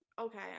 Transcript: okay